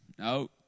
No